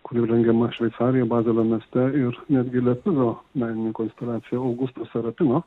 kur jau rengiama šveicarijoj bazelio mieste ir netgi lietuvių meninė konspiracija augusto serapino